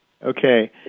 Okay